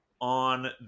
on